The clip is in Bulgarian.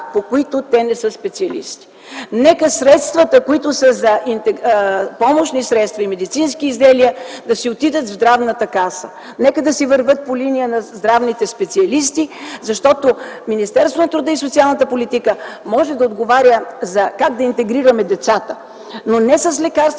по които те не са специалисти! Нека средствата за помощни средства и за медицински изделия да си отидат в Здравната каса, нека да си вървят по линия на здравните специалисти. Защото Министерството на труда и социалната политика може да отговаря как да интегрираме децата, но не с лекарства